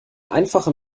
einfache